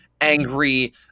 angry